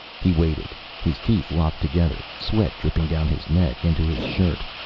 he waited, his teeth locked together, sweat dripping down his neck, into his shirt,